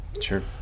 Sure